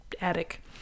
attic